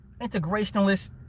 integrationalist